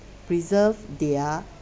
preserve their